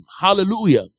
hallelujah